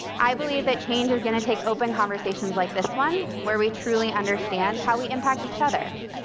i believe that change is going to take open conversations like this one, where we truly understand how we impact each other.